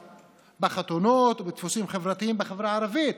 בחתונות ובדפוסים חברתיים בחברה הערבית,